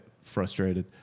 frustrated